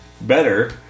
better